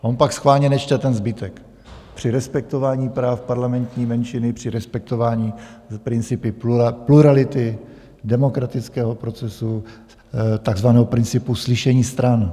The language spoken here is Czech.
On pak schválně nečte ten zbytek: při respektování práv parlamentní menšiny, při respektování principu plurality demokratického procesu, takzvaného principu slyšení stran.